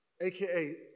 aka